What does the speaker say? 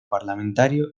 parlamentario